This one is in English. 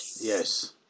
Yes